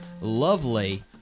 lovely